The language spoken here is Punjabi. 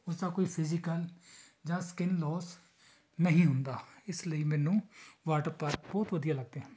ਉਸ ਦਾ ਕੋਈ ਫਿਜੀਕਲ ਜਾਂ ਸਕਿੰਨ ਲੋਸ ਨਹੀਂ ਹੁੰਦਾ ਇਸ ਲਈ ਮੈਨੂੰ ਵਾਟਰ ਪਾਰਕ ਬਹੁਤ ਵਧੀਆ ਲੱਗਦੇ ਹਨ